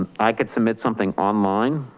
i could submit something online?